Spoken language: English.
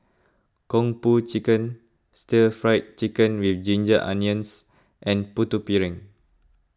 Kung Po Chicken Stir Fried Chicken with Ginger Onions and Putu Piring